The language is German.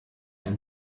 ein